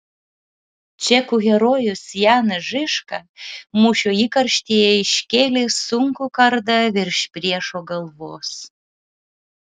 čekų herojus janas žižka mūšio įkarštyje iškėlė sunkų kardą virš priešo galvos